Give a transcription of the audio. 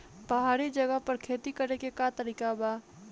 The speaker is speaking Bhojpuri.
पहाड़ी जगह पर खेती करे के का तरीका बा?